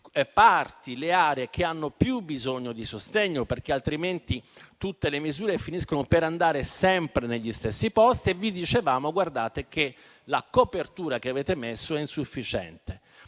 Sud, le aree che hanno più bisogno di sostegno, altrimenti tutte le misure finiscono per andare sempre negli stessi posti. Vi dicevamo che la copertura che avete previsto è insufficiente.